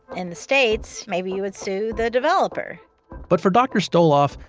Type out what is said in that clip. in the states, maybe you would sue the developer but for dr. stoloff,